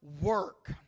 work